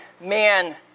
man